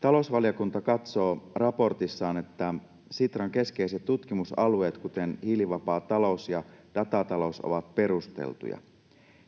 Talousvaliokunta katsoo mietinnössään, että Sitran keskeiset tutkimusalueet, kuten hiilivapaa talous ja datatalous, ovat perusteltuja.